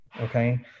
Okay